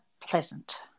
pleasant